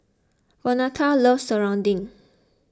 Vonetta loves Serunding